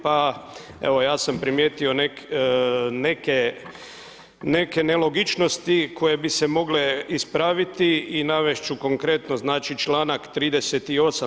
Pa evo ja sam primijetio neke nelogičnosti koje bi se mogle ispraviti i navesti ću konkretno znači članak 38.